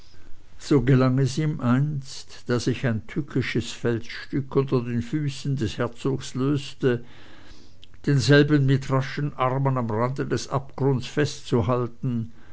so gelang es ihm einst da sich ein tückisches felsstück unter den füßen des herzogs löste denselben mit raschen armen am rande des abgrundes festzuhalten